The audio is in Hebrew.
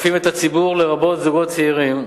דוחפות את הציבור, לרבות זוגות צעירים,